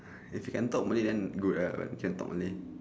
if you can talk malay then good ah but you can't talk malay